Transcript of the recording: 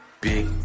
Big